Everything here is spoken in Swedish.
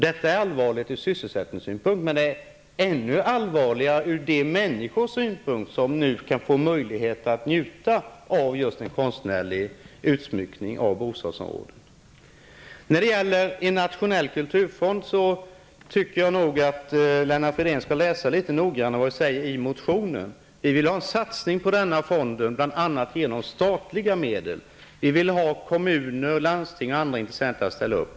Det är allvarligt från sysselsättningssynpunkt, men det är ännu allvarligare för de människor som nu kan njuta av en kostnärlig utsmyckning av bostadsområden. Beträffande förslaget om en nationell kulturfond borde Lennart Fridén läsa litet noggrannare vad vi säger i vår motion. Vi vill att det skall satsas bl.a. statliga medel på denna fond samt att kommuner, landsting och andra intressenter skall ställa upp.